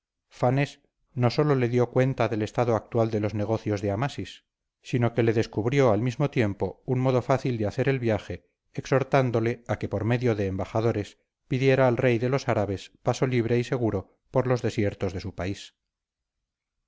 fanes no sólo le dio cuenta del estado actual de los negocios de amasis sino que lo descubrió al mismo tiempo un modo fácil de hacer el viaje exhortándole a que por medio de embajadores pidiera al rey de los árabes paso libre y seguro por los desiertos de su país